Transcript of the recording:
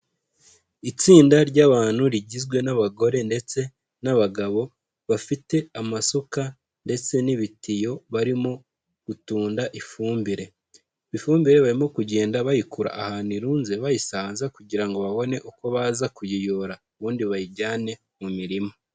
Itsinda ry'abantu rigizwe n'abagore ndetse n'abagabo bafite amasuka ndetse n'ibitiyo barimo gutunda ifumbire. Ifumbire barimo kugenda bayikura ahantu irunze bayisanza kugira ngo babone uko baza kuyiyora, ubundi bayijyane mu mirima.